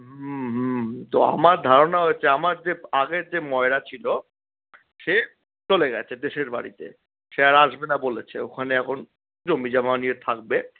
তো আমার ধারণা হচ্ছে আমার যে আগের যে ময়রা ছিলো সে চলে গেছে দেশের বাড়িতে সে আর আসবে না বলেছে ওখানে এখন জমি জমা নিয়ে থাকবে